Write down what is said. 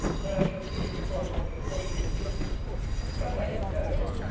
when i shall see you perform what you say you can do but i yet doubt it.